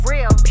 Real